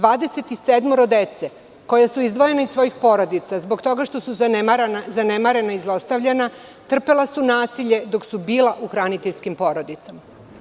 Znači, 27 dece, koja su izdvojena iz svojih porodica zbog toga što su zanemarena i zlostavljana, trpelo je nasilje dok su bili u hraniteljskim porodicama.